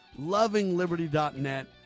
lovingliberty.net